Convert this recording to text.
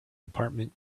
department